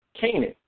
Canaan